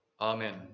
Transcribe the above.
Amen